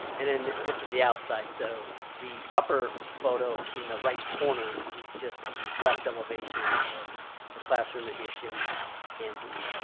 and then this is the outside. so the upper photo in the right corner is just the west elevation of the classroom addition and the